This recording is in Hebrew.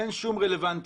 אין שום רלוונטיות.